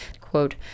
quote